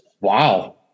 wow